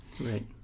Right